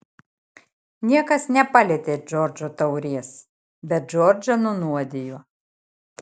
niekas nepalietė džordžo taurės bet džordžą nunuodijo